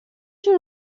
you